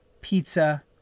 pizza